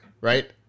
right